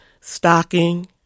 stocking